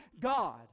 God